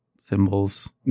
symbols